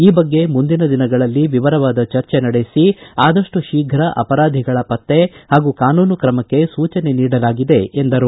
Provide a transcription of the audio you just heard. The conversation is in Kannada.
ಈ ಬಗ್ಗೆ ಮುಂದಿನ ದಿನಗಳಲ್ಲಿ ವಿವರವಾದ ಚರ್ಚೆ ನಡೆಸಿ ಆದಷ್ಟು ಶೀಘ್ರ ಅಪರಾಧಿಗಳ ಪತ್ತೆ ಹಾಗೂ ಕಾನೂನು ಕ್ರಮಕ್ಕೆ ಸೂಚನೆ ನೀಡಲಾಗಿದೆ ಎಂದರು